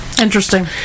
Interesting